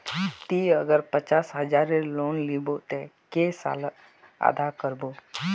ती अगर पचास हजारेर लोन लिलो ते कै साले अदा कर बो?